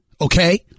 okay